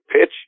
pitch